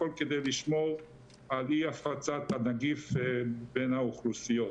הכול כדי לשמור על אי הפצת הנגיף בין האוכלוסיות.